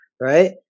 right